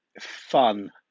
Fun